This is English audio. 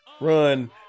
run